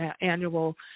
annual